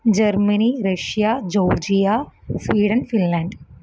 Germany Russia Georgia Sweden Finland